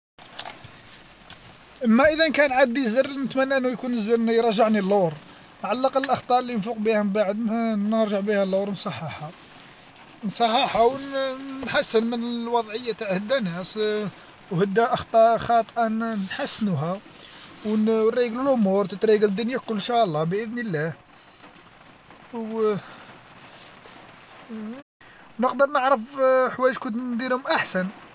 أما إذا كان عندي زر نتمنى انه زن- يكون يرجعني اللور، على الأقل الأخطاء اللي نفوق بها من بعد نرجع بها اللور ونصححها، نصححها ون- ونحسن من الوضعية تاع هذ ناس وهذا أخط- خطاء نحسنوها ون- ونريقل الأمور تتريق الدنيا كلشي باذن الله، أو و نعرف حوايج كنت نديرهم احسن.